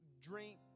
drink